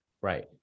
Right